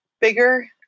bigger